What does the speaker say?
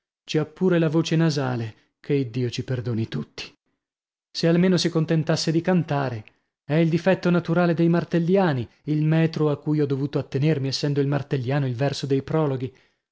ci ha pure la voce nasale che iddio ci perdoni a tutti se almeno si contentasse di cantare è il difetto naturale dei martelliani il metro a cui ho dovuto attenermi essendo il martelliano il verso dei prologhi